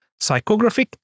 Psychographic